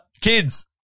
Kids